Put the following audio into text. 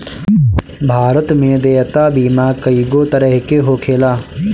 भारत में देयता बीमा कइगो तरह के होखेला